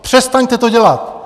Přestaňte to dělat!